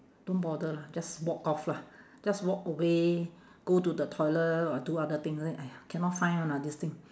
don't bother lah just walk off lah just walk away go to the toilet or do other thing then !aiya! cannot find one lah this thing